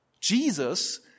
Jesus